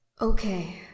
Okay